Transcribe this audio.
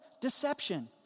Deception